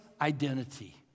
identity